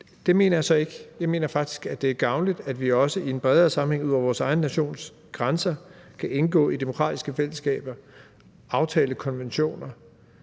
Det mener jeg så ikke. Jeg mener faktisk, at det er gavnligt, at vi også i en bredere sammenhæng, ud over vores egen nations grænser, kan indgå i demokratiske fællesskaber, aftale konventioner,